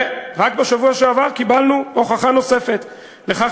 ורק בשבוע שעבר קיבלנו הוכחה נוספת לכך